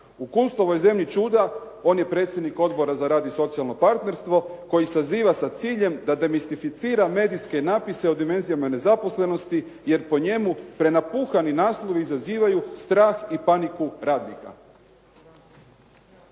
U Kunstovoj zemlji čuda on je predsjednik Odbora za rad i socijalno partnerstvo koji saziva sa ciljem da demistificira medijske napise o dimenzijama nezaposlenosti, jer po njemu prenapuhani naslovi izazivaju strah i paniku radnika.